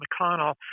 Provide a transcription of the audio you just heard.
McConnell